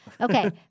Okay